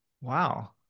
wow